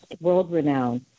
world-renowned